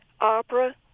opera